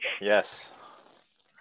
Yes